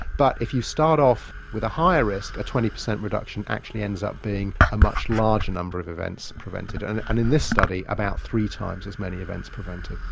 but if you start off with a higher risk, a twenty percent reduction actually ends up being a much larger number of events prevented. and and in this study, about three times as many events prevented.